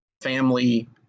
family